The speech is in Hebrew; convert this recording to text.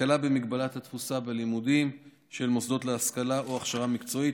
הקלה בהגבלת התפוסה בלימודים של מוסדות להשכלה או הכשרה מקצועית,